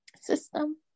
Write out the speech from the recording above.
system